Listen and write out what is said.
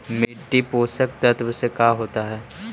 मिट्टी पोषक तत्त्व से का होता है?